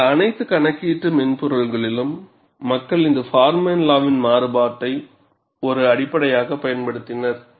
அந்த அனைத்து கணக்கீட்டு மென்பொருட்களிலும் மக்கள் இந்த ஃபார்மன் லாவின் மாறுபாட்டை ஒரு அடிப்படையாகப் பயன்படுத்தினர்